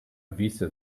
visa